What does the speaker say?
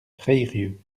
reyrieux